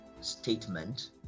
statement